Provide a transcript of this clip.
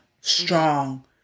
strong